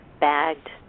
bagged